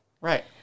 Right